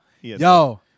yo